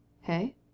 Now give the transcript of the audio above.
Hey